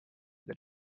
that